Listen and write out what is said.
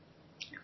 Jerry आपले काय